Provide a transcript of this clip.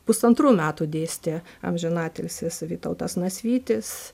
pusantrų metų dėstė amžinatilsį vytautas nasvytis